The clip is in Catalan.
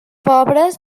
pobres